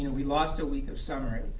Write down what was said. you know we lost a week of summer.